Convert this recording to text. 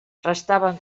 restaven